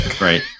Right